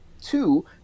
Two